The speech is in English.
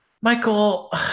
Michael